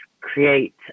create